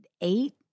eight